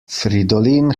fridolin